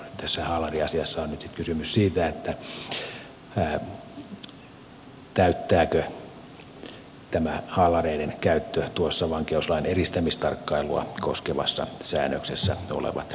tässä haalariasiassa on nyt sitten kysymys siitä täyttääkö tämä haalareiden käyttö tuossa vankeuslain eristämistarkkailua koskevassa säännöksessä olevat edellytykset